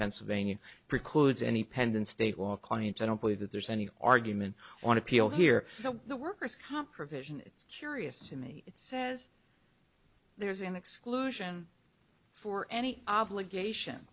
pennsylvania precludes any pending state law clients i don't believe that there's any argument on appeal here the workers comp provision it's curious to me it says there's an exclusion for any obligation